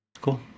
cool